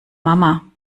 mama